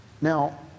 Now